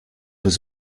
was